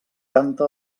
canta